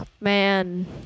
man